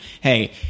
Hey